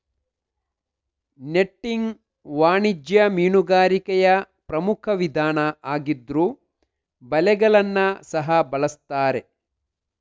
netting ವಾಣಿಜ್ಯ ಮೀನುಗಾರಿಕೆಯ ಪ್ರಮುಖ ವಿಧಾನ ಆಗಿದ್ರೂ ಬಲೆಗಳನ್ನ ಸಹ ಬಳಸ್ತಾರೆ